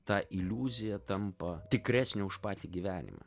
ta iliuzija tampa tikresnė už patį gyvenimą